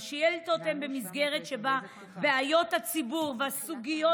השאילתות הן במסגרת שבה בעיות הציבור והסוגיות